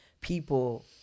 people